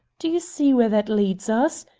do you see where that leads us?